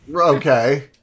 Okay